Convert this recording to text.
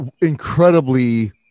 incredibly